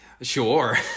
Sure